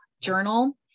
Journal